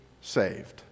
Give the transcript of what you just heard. saved